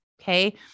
Okay